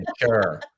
Sure